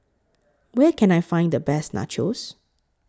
Where Can I Find The Best Nachos